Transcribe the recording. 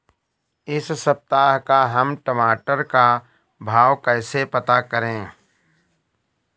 इस सप्ताह का हम टमाटर का भाव कैसे पता करें?